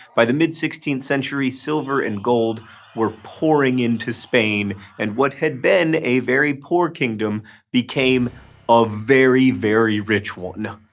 by the mid-sixteenth century silver and gold were pouring into spain. and what had been a very poor kingdom became a very very rich one.